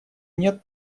нет